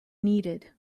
needed